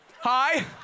hi